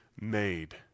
made